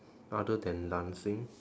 other than dancing